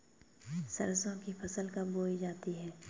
सरसों की फसल कब बोई जाती है?